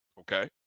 okay